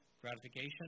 gratification